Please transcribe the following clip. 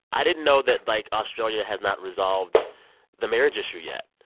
i didn't know that, like, australia has not resolved the marriage issue yet.